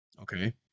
Okay